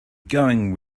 going